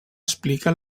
explica